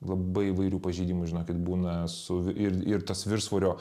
labai įvairių pažeidimų žinokit būna su ir ir tas viršsvorio